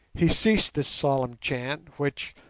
he ceased this solemn chant, which,